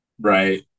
Right